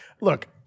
Look